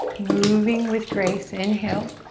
moving with grace, inhale.